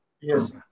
Yes